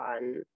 on